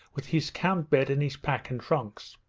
with his camp-bed and his pack and trunks.